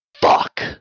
fuck